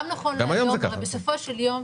מה זאת אומרת גם היום?